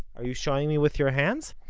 are you showing me with your hands?